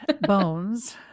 bones